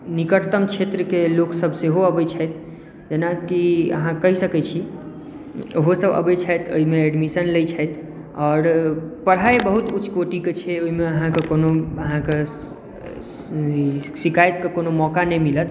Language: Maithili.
निकटतम क्षेत्रक लोकसभ सेहो आबैत छथि जेनाकी अहाँ कहि सकैत छी ओहो सभ आबैत छथि ओहिमे एडमिशन लैत छथि आओर पढाई बहुत उच्च कोटिके छै ओहिमे अहाँके कोनो अहाँके ई शिकायतक कोनो मौका नहि मिलत